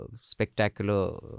spectacular